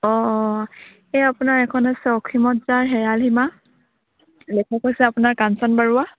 অঁ অঁ এই আপোনাৰ এখন আছে অসীমত যাৰ হেৰাল সীমা লেখক হৈছে আপোনাৰ কাঞ্চন বৰুৱা